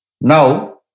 now